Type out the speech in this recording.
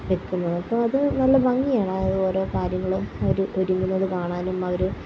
വെക്കുന്നത് അപ്പോൾ അത് നല്ല ഭംഗിയാണ് അത് ഓരോ കാര്യങ്ങളും അവര് ഒരുങ്ങുന്നത് കാണാനും